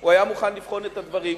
הוא היה מוכן לבחון את הדברים,